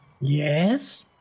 Yes